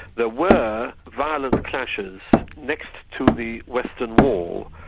there were violent clashes next to the western wall,